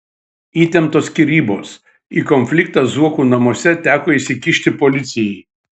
įtemptos skyrybos į konfliktą zuokų namuose teko įsikišti policijai